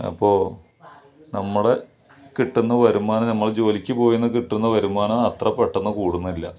അപ്പോൾ നമ്മൾ കിട്ടുന്ന വരുമാനം നമ്മൾ ജോലിക്ക് പോയിന്ന് കിട്ടുന്ന വരുമാനം അത്ര പെട്ടന്ന് കൂടുന്നില്ല